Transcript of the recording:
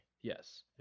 Yes